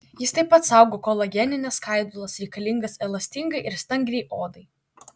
jis taip pat saugo kolagenines skaidulas reikalingas elastingai ir stangriai odai